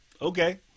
Okay